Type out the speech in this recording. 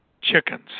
chickens